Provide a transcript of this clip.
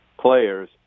players